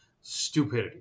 Stupidity